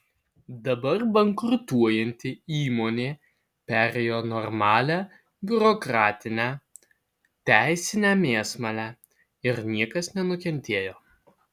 dabar bankrutuojanti įmonė perėjo normalią biurokratinę teisinę mėsmalę ir niekas nenukentėjo